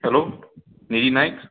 hello Nidhi Naik